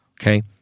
Okay